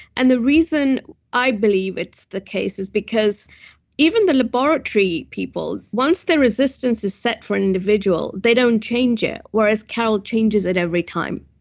and the reason i believe it's the case is because even the laboratory people, once the resistance is set for an individual, they don't change it, whereas car o l changes it every time.